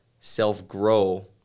self-grow